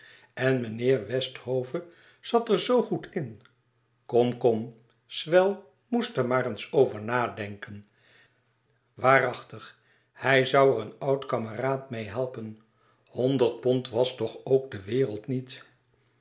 en meneer westhve zat er zoo goed in kom kom swell moest er maar eens over nadenken waarachtig hij zoû er een oud kameraad meê helpen honderd pond was toch ook de wereld niet